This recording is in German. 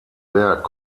berg